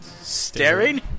staring